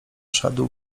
szedł